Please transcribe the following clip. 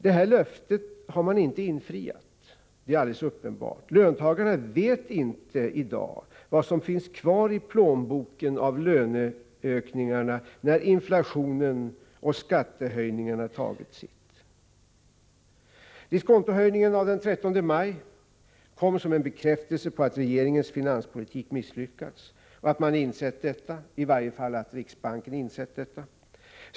Det här löftet har man inte infriat, det är alldeles uppenbart. Löntagarna vet inte i dag vad som finns kvar i plånboken av löneökningarna när inflationen och skattehöjningarna tagit sitt. Diskontohöjningen av den 13 maj kom som en bekräftelse på att regeringens finanspolitik misslyckats och att man insett detta — i varje fall att riksbanken insett detta.